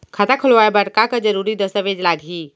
खाता खोलवाय बर का का जरूरी दस्तावेज लागही?